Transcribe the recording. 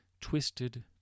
twisted